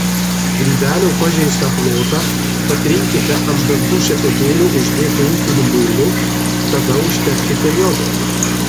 grybelio pažeistą plotą patrinkite ant dantų šepetėlio uždėtu ūkiniu muilu tada užtepkite jodo